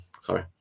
Sorry